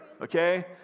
okay